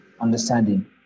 understanding